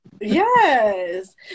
Yes